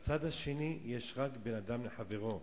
בצד השני יש רק בין אדם לחברו,